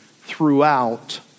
throughout